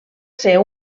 ser